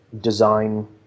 design